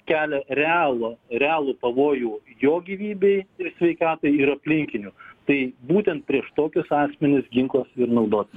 kelia realo realų pavojų jo gyvybei sveikatai ir aplinkinių tai būtent prieš tokius asmenis ginklas naudotinas